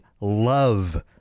love